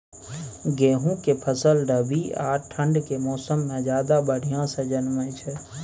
गेहूं के फसल रबी आ ठंड के मौसम में ज्यादा बढ़िया से जन्में छै?